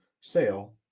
sale